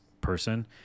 person